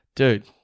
Dude